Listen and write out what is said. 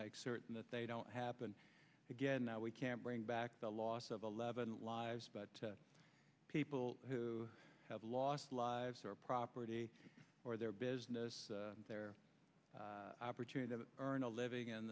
make certain that they don't happen again now we can't bring back the loss of eleven lives but people who have lost lives their property or their business their opportunity to earn a living in